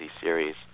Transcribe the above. series